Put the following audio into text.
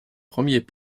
premiers